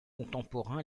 contemporain